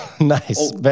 Nice